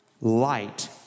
light